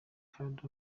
card